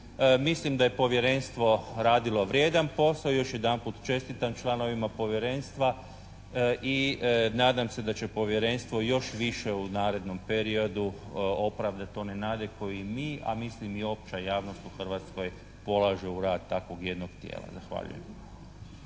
mislim da je Povjerenstvo radilo vrijedan posao. Još jedanput čestitam članovima Povjerenstva i nadam se da će Povjerenstvo još više u narednom periodu opravdati one nade koje mi, a mislim i opća javnost u Hrvatskoj polaže u rad takvog jednog tijela. Zahvaljujem.